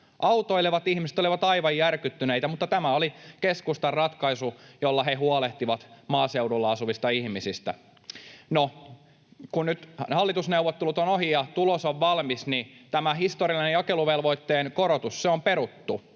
Autoilevat ihmiset olivat aivan järkyttyneitä — mutta tämä oli keskustan ratkaisu, jolla he huolehtivat maaseudulla asuvista ihmisistä. No, kun nyt hallitusneuvottelut ovat ohi ja tulos on valmis, niin tämä historiallinen jakeluvelvoitteen korotus on peruttu.